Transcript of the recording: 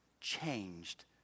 changed